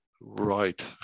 Right